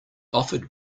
offered